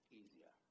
easier